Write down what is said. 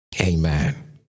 Amen